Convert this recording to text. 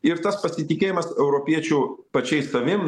ir tas pasitikėjimas europiečių pačiais savim